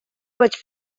vaig